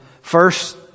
First